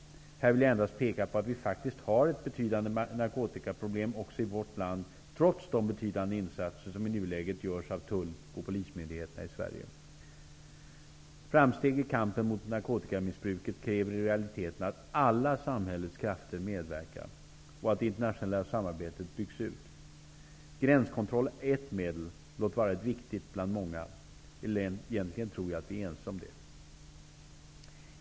Här vill jag endast peka på att vi faktiskt har ett narkotikaproblem också i vårt land, trots de betydande insater som i nuläget görs av tull och polismyndigheterna i Sverige. Framsteg i kampen mot narkotikamissbruket kräver i realiteten att alla samhällets krafter medverkar och att det internationella samarbetet byggs ut. Gränskontroll är ett medel, låt vara viktigt, bland många. Egentligen tror jag att vi är ense om detta.